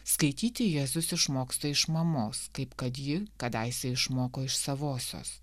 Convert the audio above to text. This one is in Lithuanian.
skaityti jėzus išmoksta iš mamos kaip kad ji kadaise išmoko iš savosios